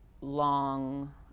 long